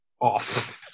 off